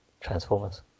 Transformers